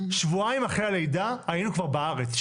שבועיים אחרי הלידה היינו כבר בארץ.